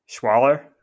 Schwaller